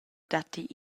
datti